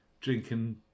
drinking